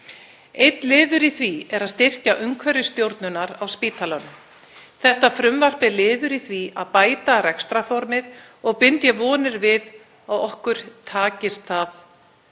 Einn liður í því er að styrkja umhverfi stjórnunar á spítalanum. Þetta frumvarp er liður í því að bæta rekstrarformið og bind ég vonir við að í þeirri